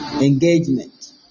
Engagement